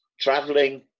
traveling